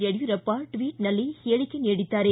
ಯಡಿಯೂರಪ್ಪ ಟ್ವಿಟ್ನಲ್ಲಿ ಹೇಳಿಕೆ ನೀಡಿದ್ದಾರೆ